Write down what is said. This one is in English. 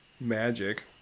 magic